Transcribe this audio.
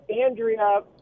Andrea